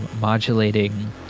modulating